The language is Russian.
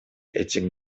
этих